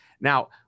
Now